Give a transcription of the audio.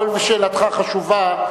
הואיל ושאלתך חשובה,